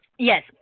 Yes